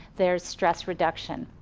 there is stress reduction.